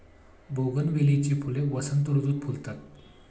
बोगनवेलीची फुले वसंत ऋतुत फुलतात